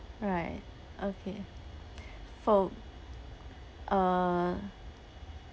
right okay for uh